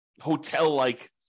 hotel-like